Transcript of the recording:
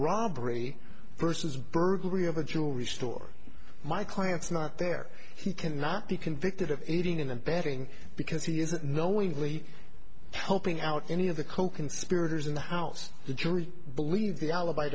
robbery versus burglary of a jewelry store my client's not there he cannot be convicted of aiding and abetting because he isn't knowingly helping out any of the coconspirators in the house the jury believe the alibi